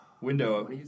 Window